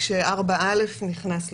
כשסעיף 4א נכנס לחוק,